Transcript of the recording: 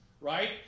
right